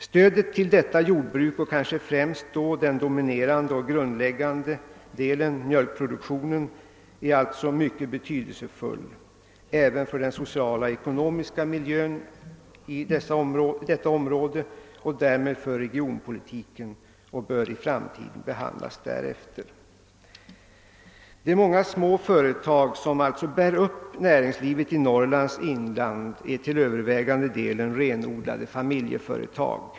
Stödet till detta jordbruk, kanske främst den dominerande och grundläggande delen, mjölkproduktionen, är alltså mycket betydelsefull även för den sociala ekonomiska miljön i detta område och därmed för regionpolitiken och bör i framtiden behandlas därefter. De många små företag som bär upp näringslivet i Norrlands inland är till övervägande delen renodlade familjeföretag.